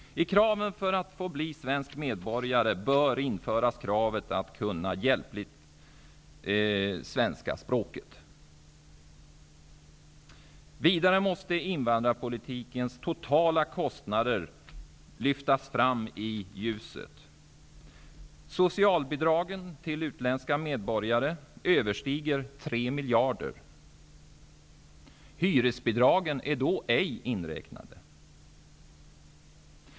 I kraven för att få bli svensk medborgare bör införas kravet att hjälpligt kunna svenska språket. Vidare måste invandrarpolitikens totala kostnader lyftas fram i ljuset. Socialbidragen till utländska medborgare överstiger 3 miljarder. Hyresbidragen är då ej inräknade.